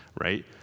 Right